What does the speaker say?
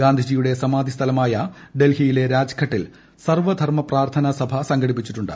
ഗാന്ധിജിയുടെ സമാധി സ്ഥലമായ ഡൽഹിയിലെ രാജ്ഘട്ടിൽ സർവധർമ പ്രാർത്ഥന സഭ സംഘടിപ്പിച്ചിട്ടുണ്ട്